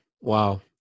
Wow